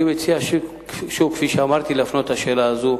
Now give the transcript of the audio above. אני מציע שוב, כפי שאמרתי, להפנות את השאלה הזו